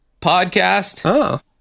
podcast